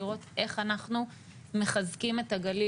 לראות איך אנחנו מחזקים את הגליל.